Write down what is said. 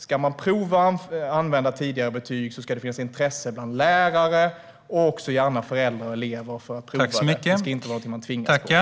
Ska man prova att använda tidigare betyg ska det finnas intresse bland lärare och också gärna föräldrar och elever för att prova detta. Det ska inte vara någonting man påtvingas.